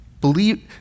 Believe